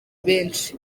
benshi